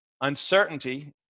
uncertainty